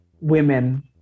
women